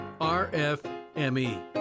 RFME